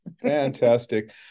fantastic